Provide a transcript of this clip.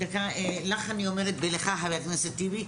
לך אני אומרת ולך ח"כ טיבי,